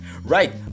Right